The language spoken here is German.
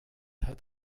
hat